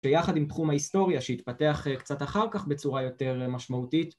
‫שיחד עם תחום ההיסטוריה שהתפתח ‫קצת אחר כך בצורה יותר משמעותית.